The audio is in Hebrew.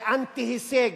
זה אנטי-הישג.